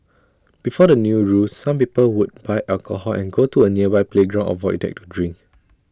before the new rules some people would buy alcohol and go to A nearby playground or void deck to drink